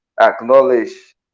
acknowledge